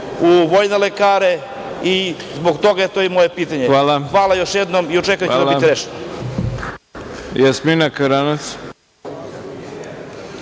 u vojne lekare. Zbog toga je to i moje pitanje. Hvala još jednom. Očekujem da će to biti rešeno.